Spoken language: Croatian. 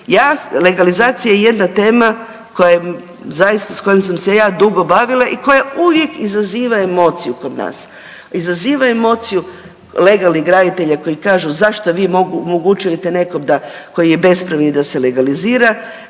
Legalizacija je jedna tema koja s kojom sam se ja dugo bavila i koja uvijek izaziva emociju kod nas, izaziva emociju legalnih graditelja koji kažu zašto vi omogućujete da nekom da koji je bespravni da se legalizira,